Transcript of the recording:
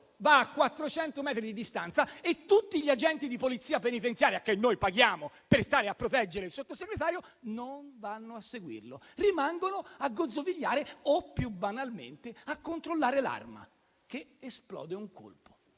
va a 400 metri di distanza e tutti gli agenti di polizia penitenziaria - noi li paghiamo per proteggere il Sottosegretario - non lo seguono, ma rimangono a gozzovigliare, o più banalmente a controllare l'arma che esplode un colpo.